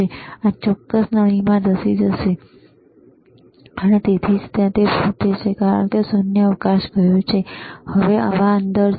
હવા આ ચોક્કસ નળીમાં ધસી જશે અને તેથી જ ત્યાં ફૂટે છે કારણ કે શૂન્યાવકાશ ગયો છે અને હવા અંદર છે